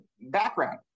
background